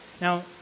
Now